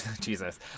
Jesus